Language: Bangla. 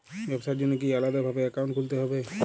ব্যাবসার জন্য কি আলাদা ভাবে অ্যাকাউন্ট খুলতে হবে?